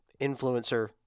influencer